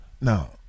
Now